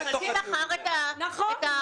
מי בחר את הזכיינים?